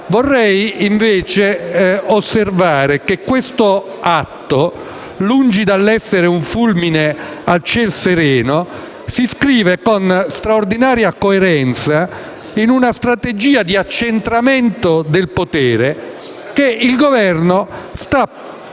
Vorrei invece osservare che questo atto, lungi dall'essere un fulmine a ciel sereno, si inscrive con straordinaria coerenza in una strategia di accentramento del potere che il Governo sta perseguendo